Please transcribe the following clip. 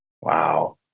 Wow